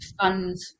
funds